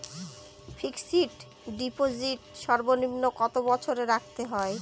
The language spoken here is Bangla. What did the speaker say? ফিক্সড ডিপোজিট সর্বনিম্ন কত বছর রাখতে হয়?